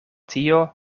tio